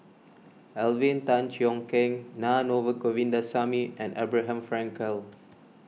Alvin Tan Cheong Kheng Naa Govindasamy and Abraham Frankel